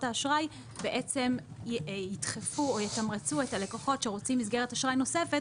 האשראי בעצם ידחפו או יתמרצו את הלקוחות שרוצים מסגרת אשראי נוספת,